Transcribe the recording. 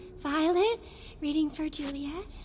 violet reading for juliet.